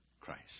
Christ